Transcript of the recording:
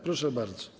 Proszę bardzo.